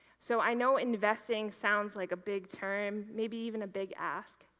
so, i know investing sounds like a big term. maybe even a big ask,